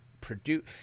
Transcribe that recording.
produce